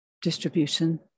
Distribution